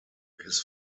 his